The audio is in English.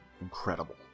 incredible